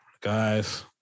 Guys